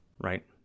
right